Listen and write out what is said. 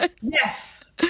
Yes